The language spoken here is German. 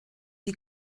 die